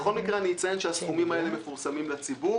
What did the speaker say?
בכל מקרה, אציין שהסכומים האלה מפורסמים לציבור